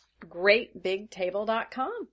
GreatBigTable.com